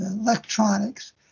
electronics